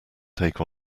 take